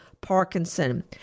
Parkinson